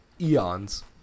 eons